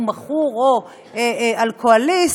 הוא מכור או אלכוהוליסט,